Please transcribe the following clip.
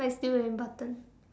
but it's still very important